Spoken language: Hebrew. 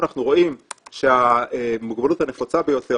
אנחנו רואים שהמוגבלות הנפוצה ביותר,